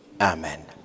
Amen